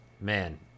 man